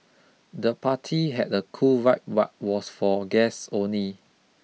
the party had a cool vibe was for guests only